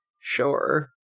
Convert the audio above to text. Sure